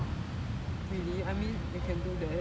really I mean you can do that